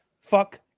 Fuck